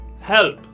help